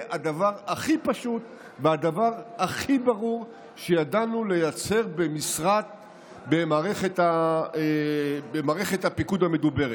הדבר הכי פשוט והדבר הכי ברור שידענו לייצר במערכת הפיקוד המדוברת.